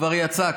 כבר יצאה,